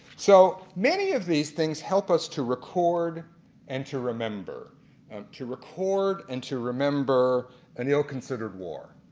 so many of these things help us to record and to remember and to record and to remember and ill considered war.